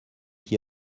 qui